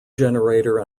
generator